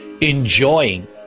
enjoying